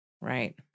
right